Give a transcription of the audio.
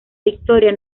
victoria